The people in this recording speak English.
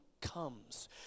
comes